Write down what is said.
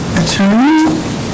attorney